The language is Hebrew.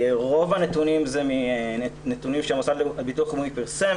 רוב הנתונים הם נתונים שהמוסד לביטוח לאומי פרסם,